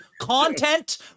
content